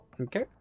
Okay